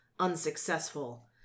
Unsuccessful